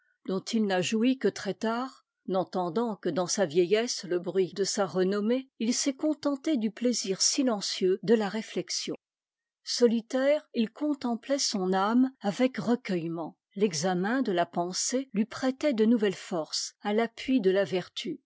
dont il n'a joui que très tard n entendant que dans sa vieillesse e bruit de sa renommée il s'est contenté du plaisir silencieux de la réflexion solitaire il contemplait son âme avec recueillement examen de ta pensée lui prêtait de nouvelles forces à l'appui de la vertu